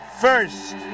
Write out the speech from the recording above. first